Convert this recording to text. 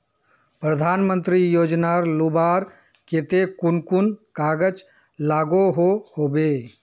प्रधानमंत्री योजना लुबार केते कुन कुन कागज लागोहो होबे?